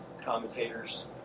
commentators